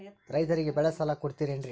ರೈತರಿಗೆ ಬೆಳೆ ಸಾಲ ಕೊಡ್ತಿರೇನ್ರಿ?